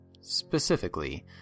Specifically